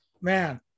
man